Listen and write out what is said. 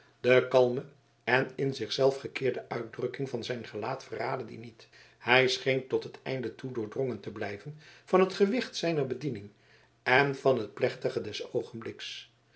de kalme en in zich zelf gekeerde uitdrukking van zijn gelaat verraadde die niet hij scheen tot het einde toe doordrongen te blijven van het gewicht zijner bediening en van het plechtige des oogenbliks